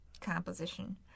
composition